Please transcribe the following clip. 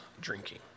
drinking